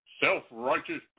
self-righteous